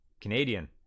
Canadian